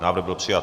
Návrh byl přijat.